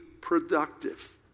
productive